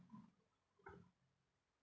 um